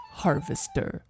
harvester